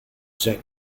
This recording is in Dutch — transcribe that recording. zijn